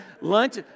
lunch